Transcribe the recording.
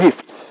gifts